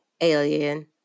alien